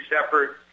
separate